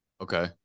Okay